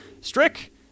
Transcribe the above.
Strick